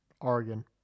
Oregon